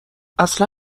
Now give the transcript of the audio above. اصلا